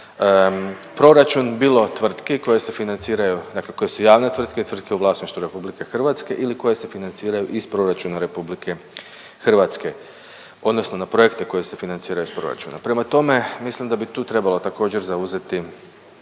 financiraju dakle koje su javne tvrtke, tvrtke u vlasništvu RH ili koje se financiraju iz proračuna RH odnosno na projekte koje se financiraju iz proračuna. Prema tome, mislim da bi tu trebalo također zauzeti